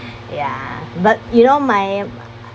ya but you know my